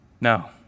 No